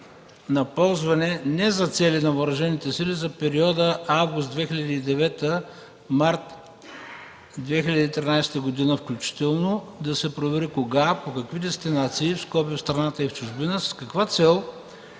на ползване не за цели на Въоръжените сили за периода август 2009 – март 2013 г., включително да се провери кога, по какви дестинации (в страната и чужбина), с каква цел,